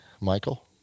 Michael